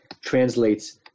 translates